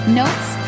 notes